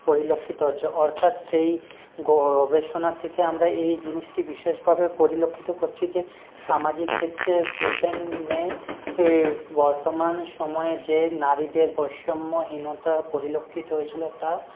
পরিলক্ষিত হচ্ছে অর্থাৎ সেই গবেষণা থেকে আমরা এই জিনিসটা বিশেষভাবে পরিলক্ষিত করছি যে সামাজিক ক্ষেত্রে পূর্বের ন্যায় বর্তমান সময়ে যে নারীদের বৈষম্যহীনতা পরিলক্ষিত হয়েছিল তা